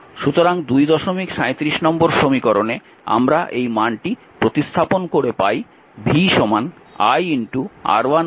সুতরাং 237 নম্বর সমীকরণে আমরা এই মানটি প্রতিস্থাপন করে পাই v i R1 R2 R1 R2